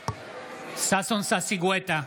(קורא בשמות חברי הכנסת) ששון ששי גואטה,